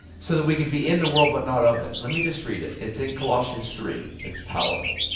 so that we can be in the world but not of it. let me just read it, it's in colossians three. it's powerful.